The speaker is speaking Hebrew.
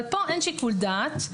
כאן אין שיקול דעת,